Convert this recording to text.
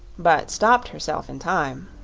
but stopped herself in time.